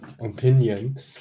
opinion